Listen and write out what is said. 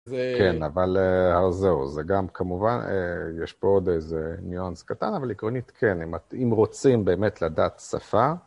כן, אבל זהו, זה גם כמובן, יש פה עוד איזה ניואנס קטן, אבל עקרונית כן, אם רוצים באמת לדעת שפה.